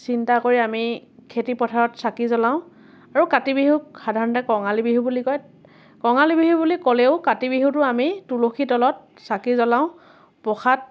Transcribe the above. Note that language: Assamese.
চিন্তা কৰি আমি খেতি পথাৰত চাকি জ্বলাওঁ আৰু কাতি বিহুক সাধাৰণতে কঙালী বিহু বুলি কয় কঙালী বিহু বুলি ক'লেও কাতি বিহুটো আমি তুলসীৰ তলত চাকি জ্বলাওঁ প্ৰসাদ